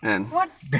what the